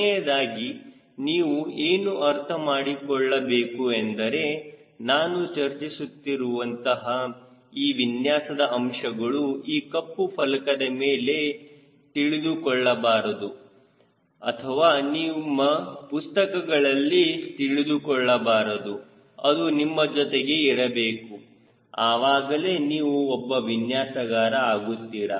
ಕೊನೆಯದಾಗಿ ನೀವು ಏನು ಅರ್ಥಮಾಡಿಕೊಳ್ಳಬೇಕು ಅಂದರೆ ನಾವು ಚರ್ಚಿಸಿರುವ ಅಂತಹ ಈ ವಿನ್ಯಾಸದ ಅಂಶಗಳು ಈ ಕಪ್ಪು ಫಲಕದ ಮೇಲೆ ತಿಳಿದುಕೊಳ್ಳಬಾರದು ಅಥವಾ ನಿಮ್ಮ ಪುಸ್ತಕಗಳಲ್ಲಿ ತಿಳಿದುಕೊಳ್ಳಬಾರದು ಅದು ನಿಮ್ಮ ಜೊತೆಗೆ ಇರಬೇಕು ಆವಾಗಲೇ ನೀವು ಒಬ್ಬ ವಿನ್ಯಾಸಗಾರ ಆಗುತ್ತೀರಾ